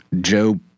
Joe